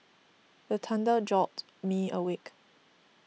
the thunder jolt me awake